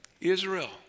Israel